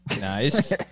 Nice